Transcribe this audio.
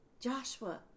Joshua